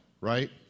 right